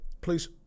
please